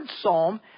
Psalm